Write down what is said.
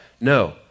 No